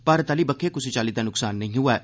भारत आली बक्खी कुसै चाल्ली दा नुक्सान नेई होआ ऐ